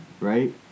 right